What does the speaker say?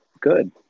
good